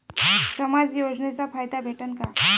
समाज योजनेचा फायदा भेटन का?